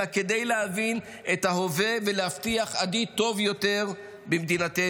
אלא כדי להבין את ההווה ולהבטיח עתיד טוב יותר במדינתנו,